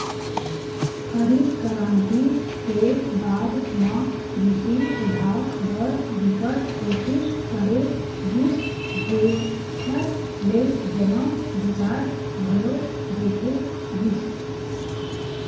हरित करांति के बाद म कृषि सुधार बर बिकट कोसिस करे गिस जेखर ले एमा बिकास घलो देखे गिस